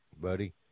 Buddy